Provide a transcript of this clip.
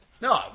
No